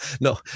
No